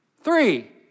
three